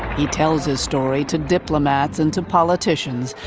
he tells his story to diplomats and to politicians,